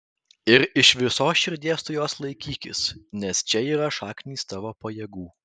ir iš visos širdies tu jos laikykis nes čia yra šaknys tavo pajėgų